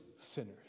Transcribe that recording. sinners